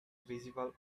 visible